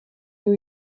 new